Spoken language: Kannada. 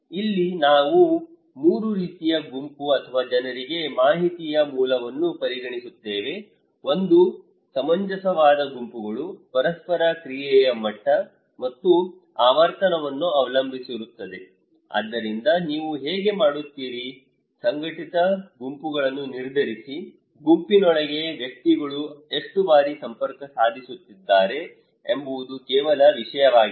ಇಲ್ಲಿ ನಾವು 3 ರೀತಿಯ ಗುಂಪು ಅಥವಾ ಜನರಿಗೆ ಮಾಹಿತಿಯ ಮೂಲವನ್ನು ಪರಿಗಣಿಸುತ್ತೇವೆ ಒಂದು ಸಮಂಜಸವಾದ ಗುಂಪುಗಳು ಪರಸ್ಪರ ಕ್ರಿಯೆಯ ಮಟ್ಟ ಮತ್ತು ಆವರ್ತನವನ್ನು ಅವಲಂಬಿಸಿರುತ್ತದೆ ಆದ್ದರಿಂದ ನೀವು ಹೇಗೆ ಮಾಡುತ್ತೀರಿ ಸಂಘಟಿತ ಗುಂಪುಗಳನ್ನು ನಿರ್ಧರಿಸಿ ಗುಂಪಿನೊಳಗಿನ ವ್ಯಕ್ತಿಗಳು ಎಷ್ಟು ಬಾರಿ ಸಂಪರ್ಕ ಸಾಧಿಸುತ್ತಿದ್ದಾರೆ ಎಂಬುದು ಕೇವಲ ವಿಷಯವಾಗಿದೆ